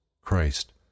Christ